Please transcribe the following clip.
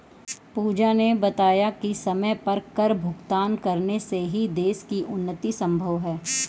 पूजा ने बताया कि समय पर कर भुगतान करने से ही देश की उन्नति संभव है